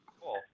cool